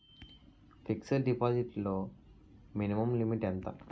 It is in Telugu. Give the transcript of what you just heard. ఫిక్సడ్ డిపాజిట్ లో మినిమం లిమిట్ ఎంత?